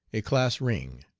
a class ring.